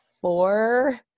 four